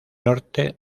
norte